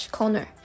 Corner